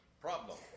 problem